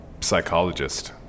psychologist